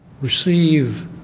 Receive